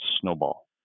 snowball